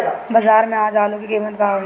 बाजार में आज आलू के कीमत का होई?